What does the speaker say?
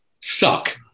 suck